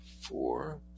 four